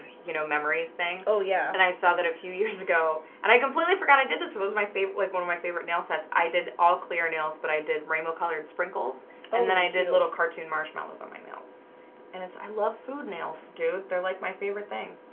you know memories thing oh, yeah and i saw that a few years ago and i completely forgot i did this was my favorite like one of my favorite nail sets i did all clear nails but i did rainbow coloured sprinkles and then i did a little cartoon marshmallows on my nails and it's i love food nails, dude they're like my favorite thing.